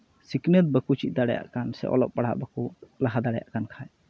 ᱥᱤᱠᱷᱱᱟᱹᱛ ᱵᱟᱠᱚ ᱪᱤᱫ ᱫᱟᱲᱮᱭᱟᱜ ᱠᱟᱱ ᱥᱮ ᱚᱞᱚᱜ ᱯᱟᱲᱦᱟᱜ ᱵᱟᱠᱚ ᱞᱟᱦᱟ ᱫᱟᱲᱮᱭᱟᱜ ᱠᱟᱱ ᱠᱷᱟᱡ